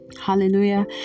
Hallelujah